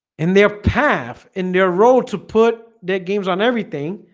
in their path in their road to put their games on everything